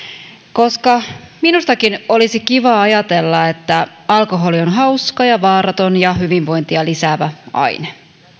koska minustakin olisi kiva ajatella että alkoholi on hauska ja vaaraton ja hyvinvointia lisäävä aine